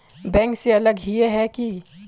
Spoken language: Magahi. बैंक से अलग हिये है की?